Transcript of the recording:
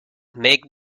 make